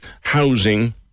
housing